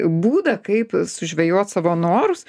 būdą kaip sužvejoti savo norus